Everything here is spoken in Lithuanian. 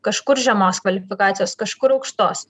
kažkur žemos kvalifikacijos kažkur aukštos